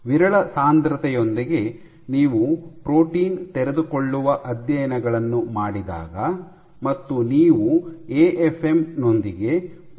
ವಿರಳ ಸಾಂದ್ರತೆಯೊಂದಿಗೆ ನೀವು ಪ್ರೋಟೀನ್ ತೆರೆದುಕೊಳ್ಳುವ ಅಧ್ಯಯನಗಳನ್ನು ಮಾಡಿದಾಗ ಮತ್ತು ನೀವು ಎಎಫ್ಎಂ ನೊಂದಿಗೆ ಪ್ರೋಟೀನ್ ಅನ್ನು ಎಳೆಯುತ್ತೀರಿ